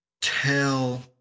tell